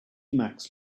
emacs